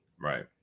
right